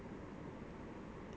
you don't need to know about that